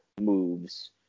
moves